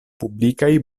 publikaj